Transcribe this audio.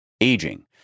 aging